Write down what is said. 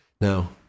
Now